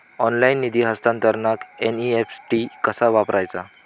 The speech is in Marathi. ऑनलाइन निधी हस्तांतरणाक एन.ई.एफ.टी कसा वापरायचा?